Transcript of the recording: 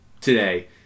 today